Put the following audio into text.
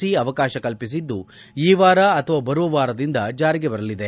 C ಅವಕಾಶ ಕಲ್ಪಸಿದ್ದು ಈ ವಾರ ಅಥವಾ ಬರುವ ವಾರದಿಂದ ಜಾರಿಗೆ ಬರಲಿದೆ